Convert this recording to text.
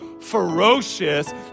ferocious